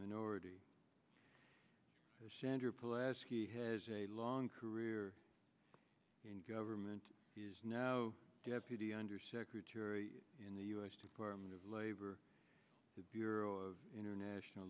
he has a long career in government is now deputy undersecretary in the us department of labor the bureau of international